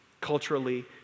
culturally